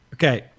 Okay